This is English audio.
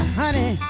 honey